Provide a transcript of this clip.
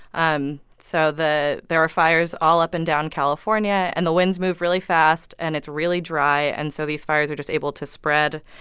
um so the there are fires all up and down california. and the winds move really fast. and it's really dry. and so these fires are just able to spread.